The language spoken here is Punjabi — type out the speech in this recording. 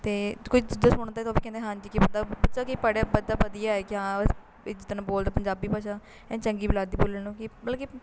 ਅਤੇ ਕੋਈ ਜਿੱਦਾਂ ਸੁਣਦਾ ਤਾਂ ਉਹ ਵੀ ਕਹਿੰਦਾ ਹਾਂਜੀ ਕਿ ਬੰਦਾ ਮਤਲਬ ਕਿ ਪੜ੍ਹਿਆ ਬੰਦਾ ਵਧੀਆ ਏ ਕਿ ਹਾਂ ਜਿੱਦਾਂ ਕਿ ਬੋਲਦਾ ਪੰਜਾਬੀ ਭਾਸ਼ਾ ਚੰਗੀ ਵੀ ਲੱਗਦੀ ਬੋਲਣ ਨੂੰ ਕੀ ਮਤਲਬ ਕਿ